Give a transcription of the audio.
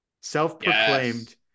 self-proclaimed